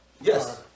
yes